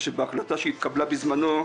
שבהחלטה שהתקיימה בזמנו,